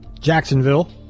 Jacksonville